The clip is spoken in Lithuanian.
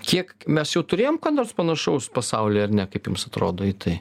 kiek mes jau turėjom ką nors panašaus pasauly ar ne kaip jums atrodo į tai